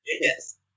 Yes